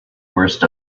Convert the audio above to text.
worst